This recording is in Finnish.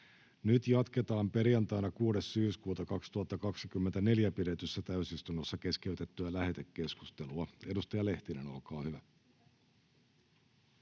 Nyt jatketaan perjantaina 6.9.2024 pidetyssä täysistunnossa keskeytettyä lähetekeskustelua. — Edustaja Lehtinen, olkaa hyvä.